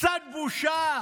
קצת בושה